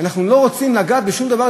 אנחנו לא רוצים לגעת בשום דבר,